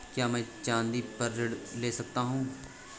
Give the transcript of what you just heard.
क्या मैं चाँदी पर ऋण ले सकता हूँ?